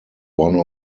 one